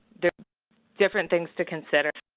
different things to consider